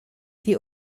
die